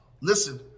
listen